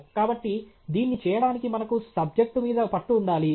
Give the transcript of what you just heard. కాబట్టి దీన్ని చేయడానికి మనకు సబ్జెక్టు మీద పట్టు ఉండాలి